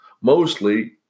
Mostly